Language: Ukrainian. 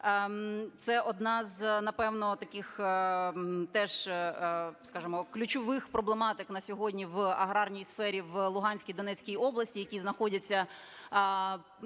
Це одна з, напевно, таких теж, скажімо, ключових проблематик на сьогодні в аграрній сфері в Луганській, Донецькій областях, які знаходять